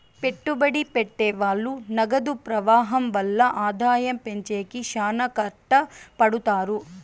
పెట్టుబడి పెట్టె వాళ్ళు నగదు ప్రవాహం వల్ల ఆదాయం పెంచేకి శ్యానా కట్టపడుతారు